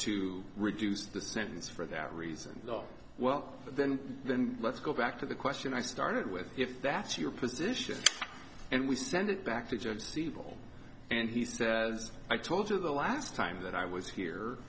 to reduce the sentence for that reason well then then let's go back to the question i started with if that's your position and we send it back to jim siebel and he says i told you the last time that i was here